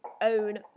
own